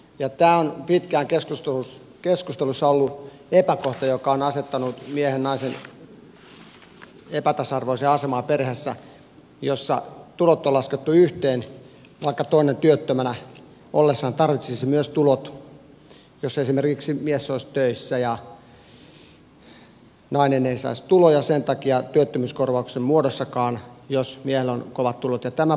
tämä on pitkään keskustelussa ollut epäkohta joka on asettanut miehen ja naisen epätasa arvoiseen asemaan perheessä jossa tulot on laskettu yhteen vaikka toinen työttömänä ollessaan tarvitsisi myös tulot jos esimerkiksi mies olisi töissä ja nainen ei saisi tuloja sen takia työttömyyskorvauksen muodossakaan jos miehellä on kovat tulot